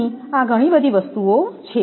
અહીં આ ઘણી બધી વસ્તુઓ છે